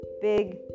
big